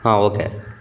ಹಾಂ ಓಕೆ